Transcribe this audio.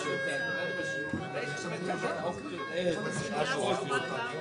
שזה בפועל תשלום עמלה לבנק,